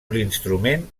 l’instrument